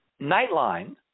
Nightline